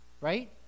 right